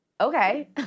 okay